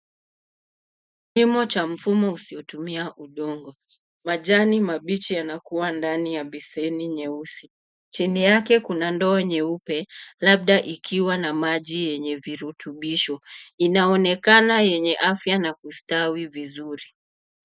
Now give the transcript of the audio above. Kilimo cha mfumo usio tumia udongo. Majani mabichi yana kuwa ndani ya beseni nyeusi. Chini yake kuna ndoo nyeupe labda ikiwa na maji yenye virutubisho. inaonekana yenye afya na kustawi vizuri.